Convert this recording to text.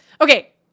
Okay